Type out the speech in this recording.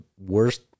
worst